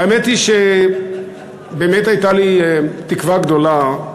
האמת היא שהייתה לי תקווה גדולה,